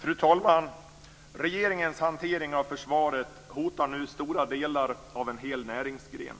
Fru talman! Regeringens hantering av försvaret hotar nu stora delar av en hel näringsgren.